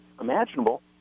imaginable